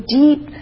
deep